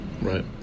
Right